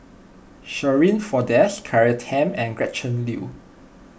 Shirin Fozdar Claire Tham and Gretchen Liu